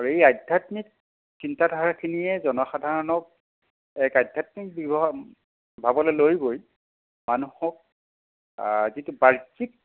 আৰু এই আধ্যাত্মিক চিন্তা ধাৰাখিনিয়ে জনসাধাৰণক এক আধ্যাত্মিক ব্যৱহাৰ ভাৱলৈ লৈ গৈ মানুহক যিটো বাহ্যিক